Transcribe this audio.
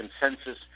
consensus